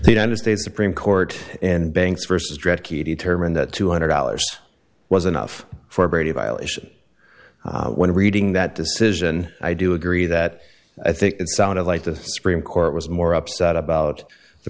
the united states supreme court and banks st read key determine that two hundred dollars was enough for brady violation when reading that decision i do agree that i think it sounded like the supreme court was more upset about the